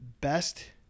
best